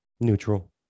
Neutral